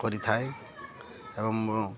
କରିଥାଏ ଏବଂ ମୁଁ